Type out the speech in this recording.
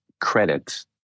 credit